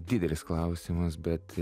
didelis klausimas bet